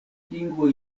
lingvo